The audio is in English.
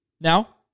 now